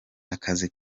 akazi